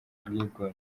bwigunge